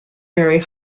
very